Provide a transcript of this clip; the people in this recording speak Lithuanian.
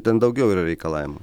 ten daugiau yra reikalavimų